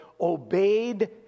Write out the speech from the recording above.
obeyed